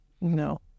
No